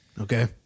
Okay